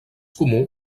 comú